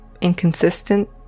inconsistent